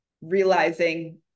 realizing